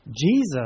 Jesus